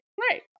right